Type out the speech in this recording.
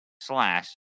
slash